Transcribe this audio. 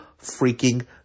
freaking